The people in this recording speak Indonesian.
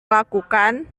lakukan